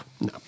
no